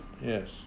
yes